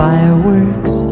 Fireworks